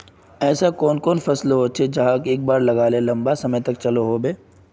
ऐसा कुन कुन फसल होचे जहाक एक बार लगाले लंबा समय तक चलो होबे?